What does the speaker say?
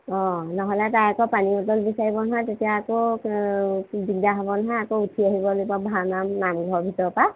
অঁ নহ'লে তাই আকৌ পানী বটল বিচাৰিব নহয় তেতিয়া আকৌ দিগদাৰ হ'ব নহয় আকৌ উঠি আহিব লাগিব ভাওনা নামঘৰৰ ভিতৰৰ পৰা